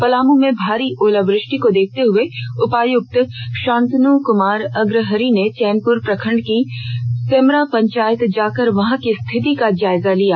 पलामू में भारी ओलावृष्टि को देखते हए उपायुक्त शांतन कुमार अग्रहरि ने चैनपुर प्रखंड की सेमरा पंचायत जाकर वहां की स्थिति का जायजा लिया